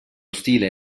stile